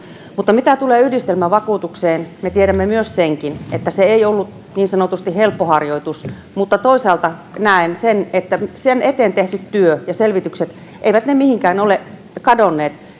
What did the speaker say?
mutta mitä tulee yhdistelmävakuutukseen me tiedämme myös senkin että se ei ollut niin sanotusti helppo harjoitus mutta toisaalta näen että sen eteen tehty työ ja selvitykset eivät mihinkään ole kadonneet